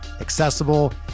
accessible